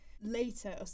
Later